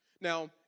Now